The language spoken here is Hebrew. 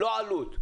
לא עלות.